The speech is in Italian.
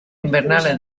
invernale